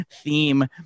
theme